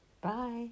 Bye